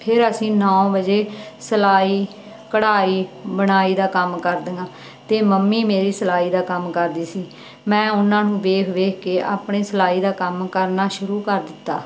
ਫਿਰ ਅਸੀਂ ਨੌਂ ਵਜੇ ਸਿਲਾਈ ਕਢਾਈ ਬੁਣਾਈ ਦਾ ਕੰਮ ਕਰਦੀਆਂ ਅਤੇ ਮੰਮੀ ਮੇਰੀ ਸਿਲਾਈ ਦਾ ਕੰਮ ਕਰਦੀ ਸੀ ਮੈਂ ਉਹਨਾਂ ਨੂੰ ਵੇਖ ਵੇਖ ਕੇ ਆਪਣੇ ਸਿਲਾਈ ਦਾ ਕੰਮ ਕਰਨਾ ਸ਼ੁਰੂ ਕਰ ਦਿੱਤਾ